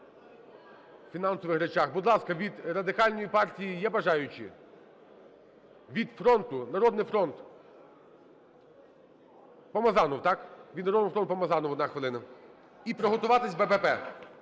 Від "Фронту", "Народний фронт"? Помазанов, так? Від "Народного фронту" Помазанов, 1 хвилина. І приготуватись БПП.